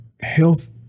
health